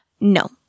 No